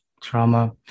trauma